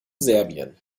serbien